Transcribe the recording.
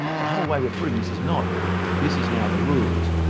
the whole way we're putting this is not this is now the rules,